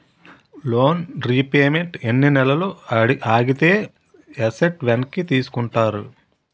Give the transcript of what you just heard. Loan repayment ఎన్ని నెలలు ఆగితే ఎసట్ వెనక్కి తీసుకుంటారు?